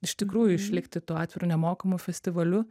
iš tikrųjų išlikti tuo atviru nemokamu festivaliu